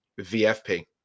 VFP